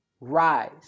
rise